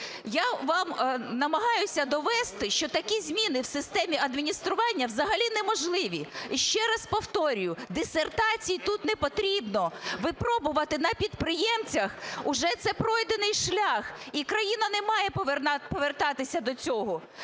Я вам намагаюся довести, що такі зміни в системі адміністрування взагалі неможливі. І ще раз повторюю, дисертації тут не потрібно. Випробувати на підприємцях – вже це пройдений шлях. І країна не має повертатися до цього.